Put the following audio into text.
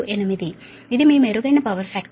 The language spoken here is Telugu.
9238ఇది మీ మెరుగైన పవర్ ఫాక్టర్